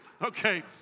Okay